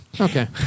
Okay